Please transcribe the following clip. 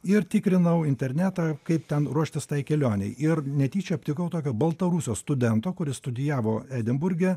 ir tikrinau internetą kaip ten ruoštis kelionei ir netyčia aptikau tokio baltarusio studento kuris studijavo edinburge